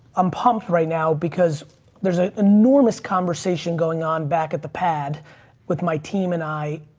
i'm pumped right now because there's an enormous conversation going on back at the pad with my team and i.